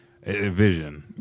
Vision